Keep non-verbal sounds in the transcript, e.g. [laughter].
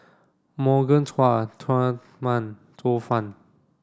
Morgan Chua Tsang Man [unintelligible]